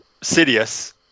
Sidious